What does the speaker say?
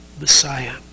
Messiah